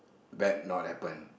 bad not happen